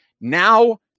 now